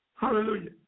Hallelujah